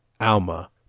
Alma